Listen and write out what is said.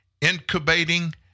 incubating